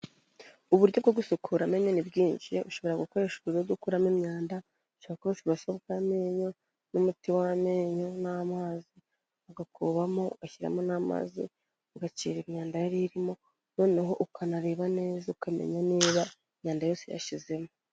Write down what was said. Uburyo bwo gusukura amenyo ni bwinshi. Ushobora gukoresha uburyo bwo gukuramo imyanda, ushobora gukoresha uburoso bw'amenyo, n'umuti w'amenyo, n'amazi, ugakubamo, ugashyiramo n'amazi, ugacira imyanda yari irimo, noneho ukanareba neza ukamenya niba imyanda yose yashizemo.